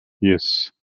yes